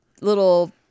little